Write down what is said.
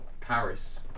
Paris